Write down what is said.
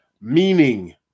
meaning